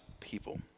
people